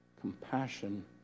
Compassion